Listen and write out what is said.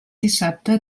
dissabte